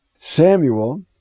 Samuel